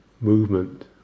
movement